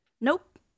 Nope